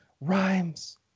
rhymes